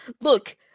Look